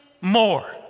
more